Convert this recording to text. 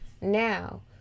now